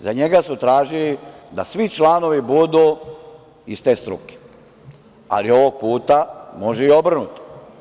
Za njega su tražili da svi članovi budu iz te struke, ali ovog puta može i obrnuto.